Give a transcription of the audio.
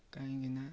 କାହିଁକିନା